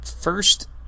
first